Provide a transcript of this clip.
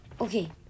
Okay